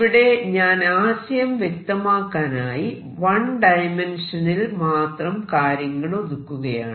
ഇവിടെ ഞാൻ ആശയം വ്യക്തമാക്കാനായി 1 ഡയമെൻഷനിൽ മാത്രം കാര്യങ്ങൾ ഒതുക്കുകയാണ്